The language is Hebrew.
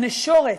הנשורת,